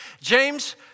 James